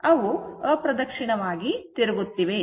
ಅವು ಅಪ್ರದಕ್ಷಿಣವಾಗಿ ತಿರುಗುತ್ತಿವೆ